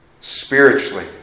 Spiritually